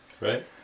right